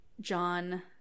john